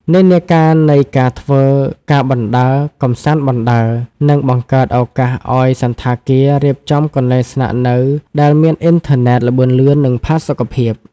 និន្នាការនៃ "ការធ្វើការបណ្តើរ កម្សាន្តបណ្តើរ" នឹងបង្កើតឱកាសឱ្យសណ្ឋាគាររៀបចំកន្លែងស្នាក់នៅដែលមានអ៊ីនធឺណិតល្បឿនលឿន និងផាសុកភាព។